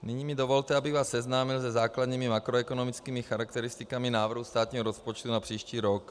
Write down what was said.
Nyní mi dovolte, abych vás seznámil se základními makroekonomickými charakteristikami návrhu státního rozpočtu na příští rok.